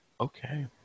Okay